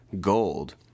gold